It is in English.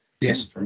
yes